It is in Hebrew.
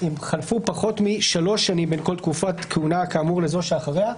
אם חלפו פחות משלוש שנים בין כל תקופת כהונה כאמור לזו שאחריה.